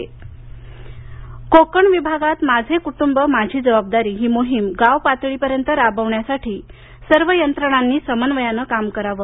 कोकण आढावा नवी मंबई कोकण विभागात माझे कुटुंब माझी जबाबदारी ही मोहीम गाव पातळीपर्यंत राबविण्यासाठी सर्व यंत्रणांनी समन्वयाने काम करावं